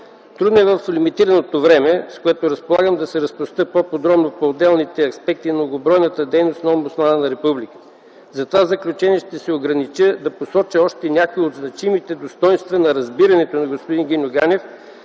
Трудно е в лимитираното време, с което разполагам, да се разпростра по-подробно по отделните аспекти на многобройната дейност на Омбудсмана на Републиката. Затова в заключение ще се огранича да посоча още някои от значимите достойнства на разбирането на господин Гиньо Ганев